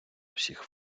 усіх